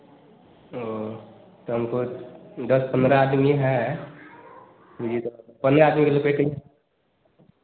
वह तो हमको दस पन्द्रह आदमी हैं जी तो पन्द्रह आदमी